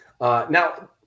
Now